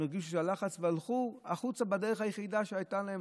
הם הרגישו שהיה לחץ והלכו החוצה בדרך היחידה שהייתה להם,